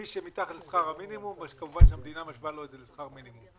מי שמתחת לשכר המינימום כמובן המדינה משלימה לו לשכר מינימום.